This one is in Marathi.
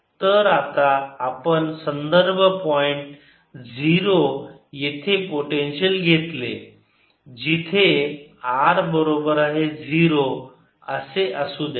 तर जर आपण संदर्भ पॉइंट 0 येथे पोटेन्शिअल घेतले जिथे r बरोबर आहे 0 असे असू द्या